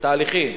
בתהליכים.